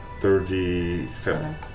Thirty-seven